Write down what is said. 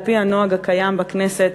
על-פי הנוהג הקיים בכנסת,